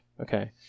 okay